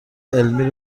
علمی